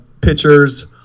pitchers